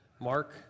Mark